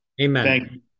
Amen